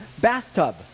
bathtub